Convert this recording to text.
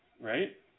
right